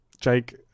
Jake